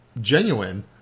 Genuine